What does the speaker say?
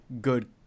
good